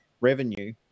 revenue